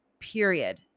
period